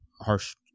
Harsh